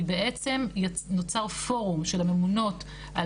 היא בעצם שנוצר פורום של הממונות על